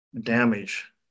damage